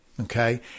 Okay